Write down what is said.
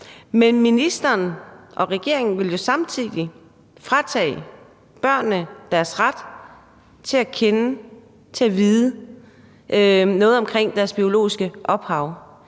men ministeren og regeringen vil samtidig fratage børnene deres ret til at kende til og vide noget om deres biologiske ophav.